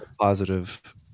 positive